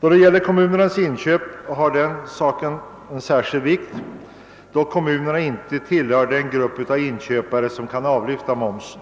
Då det gäller kommunernas inköp har denna sak särskild vikt, enär kommunerna inte tillhör den grupp av inköpare som kan avlyfta momsen.